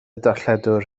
darlledwr